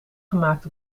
gemaakt